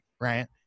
right